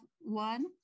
one